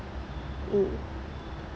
mm